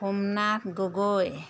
Somnath Gogoi